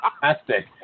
fantastic